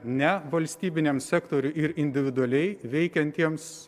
ne valstybiniam sektoriui ir individualiai veikiantiems